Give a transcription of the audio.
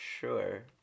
sure